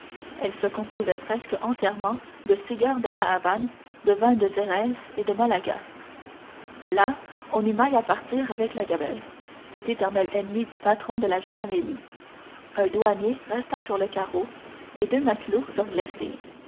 elle se composait presque entièrement de cigares de la havane de vin de xérès et de malaga là on eut maille à partir avec la gabelle cette éternelle ennemie du patron de la jeune amélie un douanier resta sur le carreau et deux matelots furent blessés